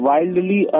Wildly